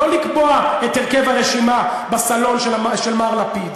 לא לקבוע את הרכב הרשימה בסלון של מר לפיד.